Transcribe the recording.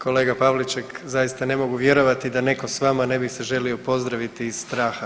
Kolega Pavliček zaista ne mogu vjerovati da netko s vama ne bi se želio pozdraviti iz straha.